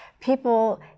people